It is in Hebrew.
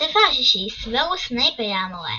בספר השישי סוורוס סנייפ היה המורה,